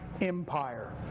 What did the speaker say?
Empire